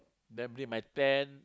then bring my tent